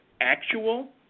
actual